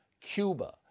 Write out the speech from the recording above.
Cuba